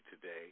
today